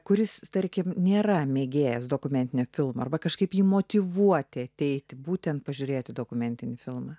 kuris tarkim nėra mėgėjas dokumentinio filmo arba kažkaip jį motyvuoti ateiti būtent pažiūrėti dokumentinį filmą